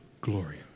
Gloria